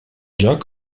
joc